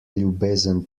ljubezen